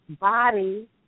body